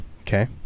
Okay